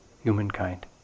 humankind